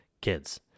kids